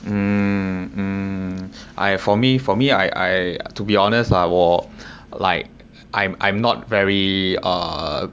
mm mm I for me for me I I to be honest ah 我 like I'm I'm not very uh